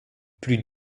plus